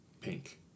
Pink